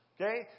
Okay